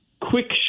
quick